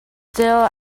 still